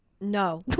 No